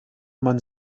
man